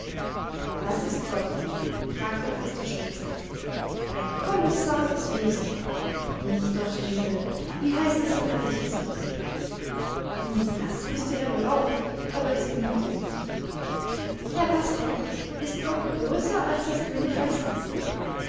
was ist gott fragte pastor schulze ein kolossales wesen nicht doch stilpe wie heißt es im katechismus nun das wußte er wol auch aber das genügte ihm nicht herr pastor ist gott größer als das königreich sachsen